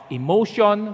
emotion